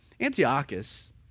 Antiochus